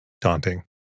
Daunting